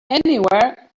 anywhere